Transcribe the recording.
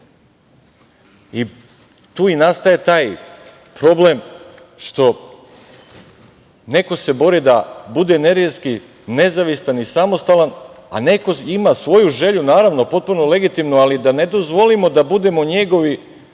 i nastaje taj problem, jer neko se neko bori da bude energetski nezavistan i samostalan, a neko ima svoju želju, naravno, potpuno legitimno, ali da ne dozvolimo da budemo njegove